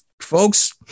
Folks